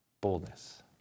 boldness